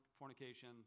fornication